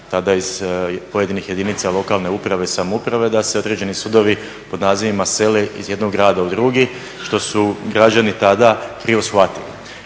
tada iz pojedinih jedinica lokalne uprave i samouprave da se određeni sudovi pod nazivima sele iz jednog grada u drugi, što su građani tada krivo shvatili.